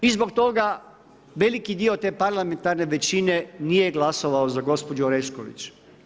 I zbog toga veliki dio te parlamentarne većine nije glasovao za gospođu Orešković.